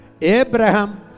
Abraham